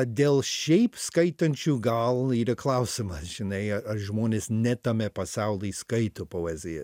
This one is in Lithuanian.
dėl šiaip skaitančių gal ir į klausimą žinai ar žmonės ne tame pasauly skaito poeziją